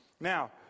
Now